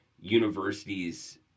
universities